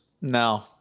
No